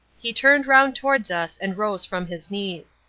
he turned round towards us and rose from his knees.